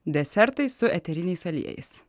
desertai su eteriniais aliejais